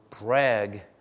brag